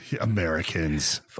Americans